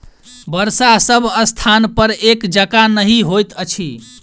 वर्षा सभ स्थानपर एक जकाँ नहि होइत अछि